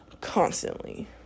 Constantly